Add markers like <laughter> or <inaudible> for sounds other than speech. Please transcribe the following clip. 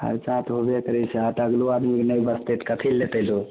खर्चा तऽ होयबे करैत छै <unintelligible> आदमीके नहि बचतै तऽ कथी लऽ लेतै लोक